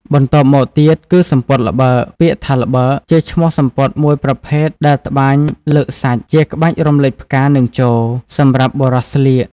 បន្ទាប់់មកទៀតគឺសំពត់ល្ប់ើកពាក្យថា«ល្បើក» ជាឈ្មោះសំពត់មួយប្រភេទដែលត្បាញលើកសាច់ ជាក្បាច់រំលេចផ្កានិងជរ, សម្រាប់បុរសស្លៀក។